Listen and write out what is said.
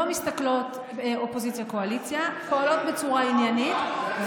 לא מסתכלות אופוזיציה קואליציה אלא פועלות בצורה עניינית,